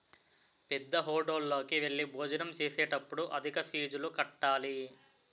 పేద్దహోటల్లోకి వెళ్లి భోజనం చేసేటప్పుడు అధిక ఫీజులు కట్టాలి